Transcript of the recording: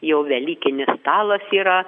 jau velykinis stalas yra